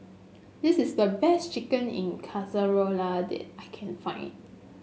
this is the best Chicken in Casserole that I can find